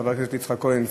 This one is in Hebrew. חבר הכנסת יצחק כהן,